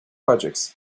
projects